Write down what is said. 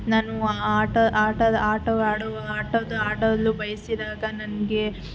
ನಾನು ಆಟ ಆಟ ಆಟವಾಡುವ ಆಟದ ಆಡಲು ಬಯಸಿದಾಗ ನನಗೆ